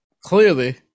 clearly